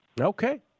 Okay